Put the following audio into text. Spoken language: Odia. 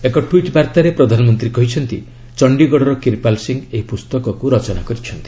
ଏକ ଟ୍ୱିଟ୍ ବାର୍ତ୍ତାରେ ପ୍ରଧାନମନ୍ତ୍ରୀ କହିଛନ୍ତି ଚଣ୍ଡିଗଡ଼ର କିର୍ପାଲ୍ ସିଂହ ଏହି ପୁସ୍ତକ ରଚନା କରିଚ୍ଛନ୍ତି